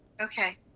Okay